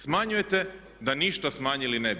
Smanjujete da ništa smanjili ne bi.